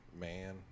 man